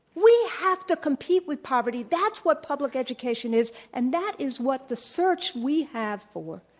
we have to compete with poverty. that's what public education is and that is what the search we have for,